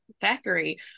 factory